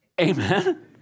Amen